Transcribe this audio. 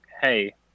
Hey